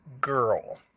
Girl